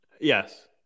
Yes